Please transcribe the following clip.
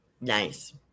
Nice